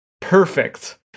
perfect